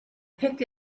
picked